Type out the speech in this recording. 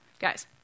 guys